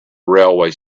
railway